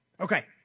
Okay